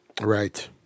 Right